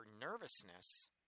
nervousness